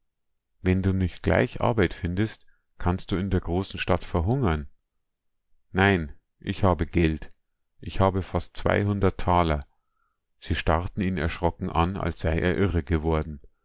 wenn du nicht gleich arbeit findest kannst du in der großen stadt verhungern nein ich habe geld ich habe fast zweihundert taler sie starrten ihn erschrocken an als sei er irre geworden